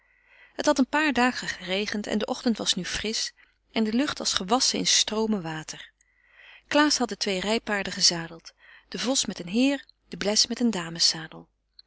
het had een paar dagen geregend en de ochtend was nu frisch en de lucht als gewasschen in stroomen water klaas had de twee rijpaarden gezadeld den vos met een heeren den bles met een dameszadel